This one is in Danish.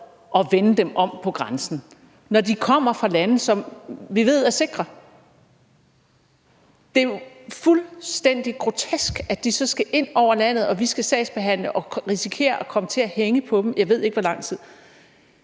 at vende dem om ved grænsen, når de kommer fra lande, som vi ved er sikre. Det er jo fuldstændig grotesk, at de skal ind i landet, at vi skal sagsbehandle og risikere at komme til at hænge på dem i, jeg ved ikke hvor lang tid.